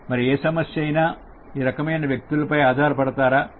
మరి ఏ సమస్య అయినా ఈ రకమైన వ్యక్తులపై ఆధారపడతా రా